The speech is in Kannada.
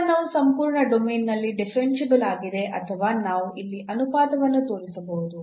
ಉತ್ಪನ್ನವು ಸಂಪೂರ್ಣ ಡೊಮೇನ್ನಲ್ಲಿ ಡಿಫರೆನ್ಸಿಬಲ್ ಆಗಿದೆ ಅಥವಾ ನಾವು ಇಲ್ಲಿ ಅನುಪಾತವನ್ನು ತೋರಿಸಬಹುದು